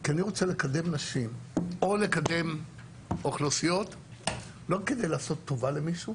כי אני רוצה לקדם נשים או לקדם אוכלוסיות לא כדי לעשות טובה למישהו